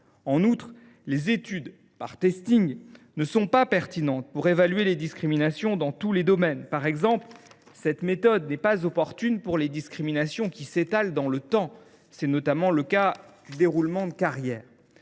Enfin, les études par ne sont pas pertinentes pour évaluer les discriminations dans tous les domaines. Par exemple, cette méthode n’est pas opportune pour les discriminations qui s’étalent dans le temps – je pense notamment au déroulement de carrière.